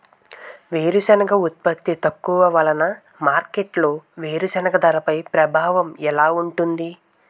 వేరుసెనగ ఉత్పత్తి తక్కువ వలన మార్కెట్లో వేరుసెనగ ధరపై ప్రభావం ఎలా ఉంటుంది?